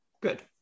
Good